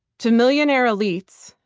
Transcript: to millionaire elites,